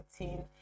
routine